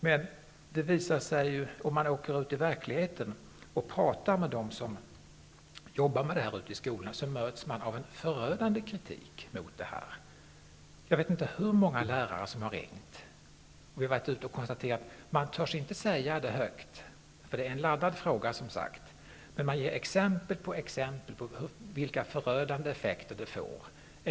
Men om man åker ut i verkligheten och talar med dem som arbetar med detta i skolan, möts man av en förödande kritik. Jag vet inte hur många lärare som jag har ringt och som har konstaterat att man inte törs säga det högt, för det är en laddad fråga. Men de ger exempel på exempel på vilka förödande effekter hemspråksundervisningen får.